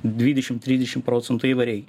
dvidešim trisdešim procentų įvairiai